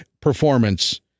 performance